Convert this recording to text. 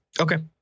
Okay